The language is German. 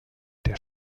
der